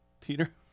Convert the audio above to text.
Peter